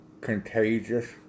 Contagious